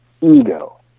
ego